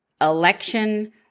election